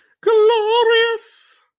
glorious